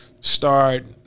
start